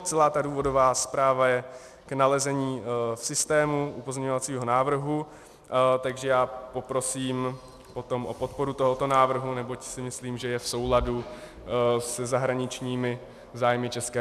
Celá důvodová zpráva je k nalezení v systému o pozměňovacího návrhu, takže já poprosím potom o podporu tohoto návrhu, neboť si myslím, že je v souladu se zahraničními zájmy ČR.